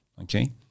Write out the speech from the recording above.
Okay